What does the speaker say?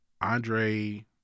Andre